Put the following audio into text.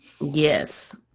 Yes